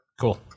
Cool